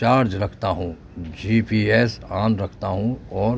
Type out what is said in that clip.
charge رکھتا ہوں G P S on رکھتا ہوں اور